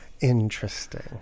Interesting